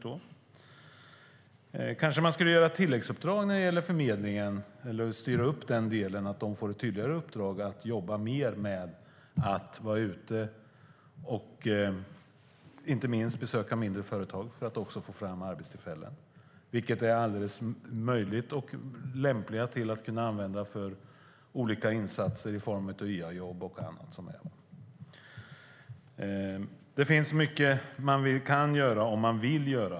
Man kanske skulle ge ett tilläggsuppdrag när det gäller Arbetsförmedlingen eller styra upp den delen, så att de får ett tydligare uppdrag att jobba mer med att vara ute och inte minst besöka mindre företag för att få fram arbetstillfällen, vilket är möjligt och lämpligt, för att kunna använda för olika insatser i form av YA-jobb och annat. Det finns mycket man kan göra om man vill.